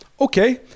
okay